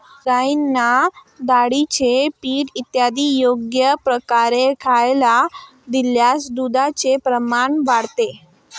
गाईंना डाळीचे पीठ इत्यादी योग्य प्रकारे खायला दिल्यास दुधाचे प्रमाण वाढते